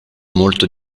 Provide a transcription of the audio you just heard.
molto